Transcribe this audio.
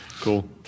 Cool